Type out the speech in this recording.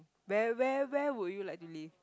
where where where would you like to live